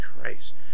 Christ